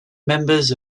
members